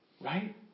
right